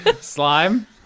Slime